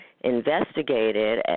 investigated